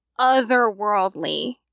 otherworldly